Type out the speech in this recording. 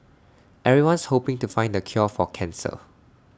everyone's hoping to find the cure for cancer